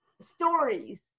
stories